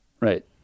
Right